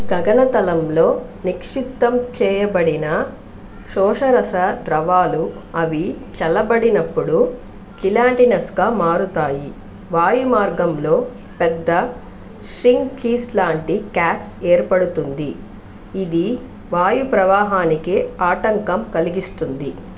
గగనతలంలో నిక్షిప్తం చేయబడిన శోషరస ద్రవాలు అవి చల్లబడినప్పుడు జిలాటినస్గా మారతాయి వాయుమార్గంలో పెద్ద స్ట్రింగ్ చీజ్ లాంటి క్యాస్ట్లు ఏర్పడుతుంది ఇది వాయుప్రవాహానికి ఆటంకం కలిగిస్తుంది